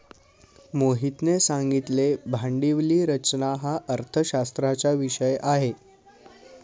मोहितने सांगितले भांडवली रचना हा अर्थशास्त्राचा विषय आहे